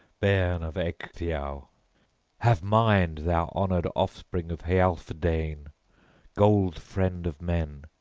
bairn of ecgtheow have mind, thou honored offspring of healfdene gold-friend of men,